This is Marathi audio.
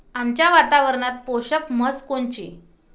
आमच्या वातावरनात पोषक म्हस कोनची?